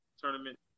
tournament